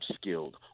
skilled